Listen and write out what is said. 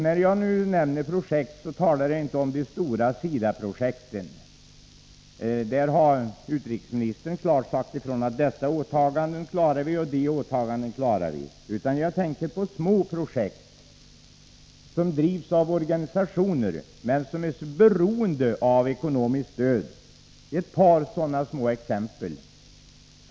När jag nämner projekt, talar jag inte om de stora SIDA-projekten. Utrikesministern har klart sagt ifrån att dessa åtaganden klarar vi. Nej, jag tänker på små projekt som drivs av organisationer men som är beroende av ekonomiskt stöd. Jag vill ta några exempel.